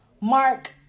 mark